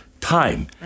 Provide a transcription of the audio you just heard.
time